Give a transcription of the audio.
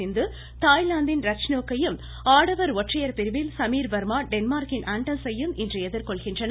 சிந்து தாய்லாந்தின் ரட்சனோக்கையும் ஆடவர் ஒற்றையர் பிரிவில் சமீாவர்மா டென்மார்க்கின் ஆண்டர்ஸையும் இன்று எதிர்கொள்கின்றனர்